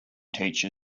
teacher